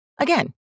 Again